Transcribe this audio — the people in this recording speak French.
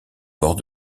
bord